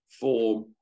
form